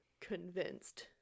convinced